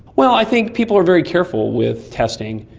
well, i think people are very careful with testing,